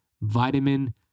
Vitamin